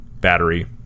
battery